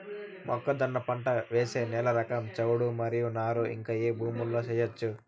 మొక్కజొన్న పంట వేసే నేల రకం చౌడు మరియు నారు ఇంకా ఏ భూముల్లో చేయొచ్చు?